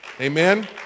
amen